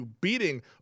beating